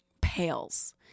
pales